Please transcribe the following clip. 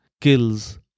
kills